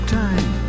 time